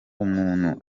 umuntu